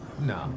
No